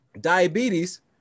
diabetes